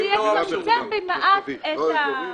זה יצמצם במעט את...